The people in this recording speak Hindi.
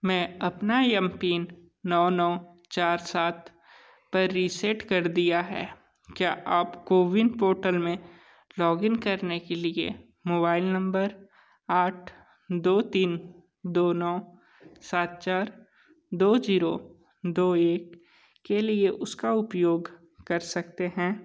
मैंने अपना एम पिन नौ नौ चार सात पर रीसेट कर दिया है क्या आप कोविन पोर्टल में लॉग इन करने के लिए मोबाइल नंबर आठ दो तीन दो नौ सात चार दो जीरो दो एक के लिए उसका उपयोग कर सकते हैं